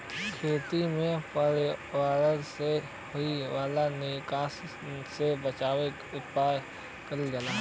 खेती में पर्यावरण से होए वाला नुकसान से बचावे के उपाय करल जाला